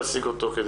תנסו להשיג אותו.